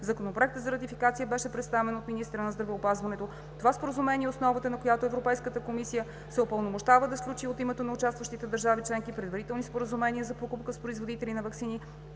Законопроектът за ратификация беше представен от министъра на здравеопазването. Това Споразумение е основата, на която Европейската комисия се упълномощава да сключи от името на участващите държави членки предварителни споразумения за покупка с производители на ваксини,